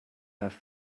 have